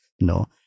no